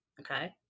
Okay